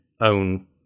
own